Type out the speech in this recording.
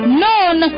known